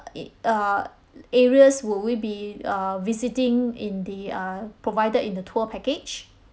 i~ uh areas would we be err visiting in the err provided in the tour package